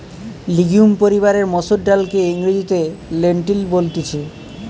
legume পরিবারের মসুর ডালকে ইংরেজিতে লেন্টিল বলতিছে